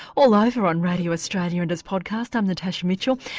all over on radio australia and as podcast, i'm natasha mitchell.